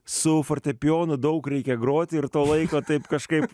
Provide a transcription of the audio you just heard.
su fortepijonu daug reikia groti ir to laiko taip kažkaip